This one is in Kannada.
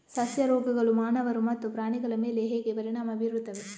ಸಸ್ಯ ರೋಗಗಳು ಮಾನವರು ಮತ್ತು ಪ್ರಾಣಿಗಳ ಮೇಲೆ ಹೇಗೆ ಪರಿಣಾಮ ಬೀರುತ್ತವೆ